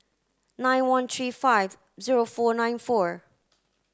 nine one three five zero four nine four